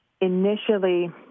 initially